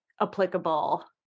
applicable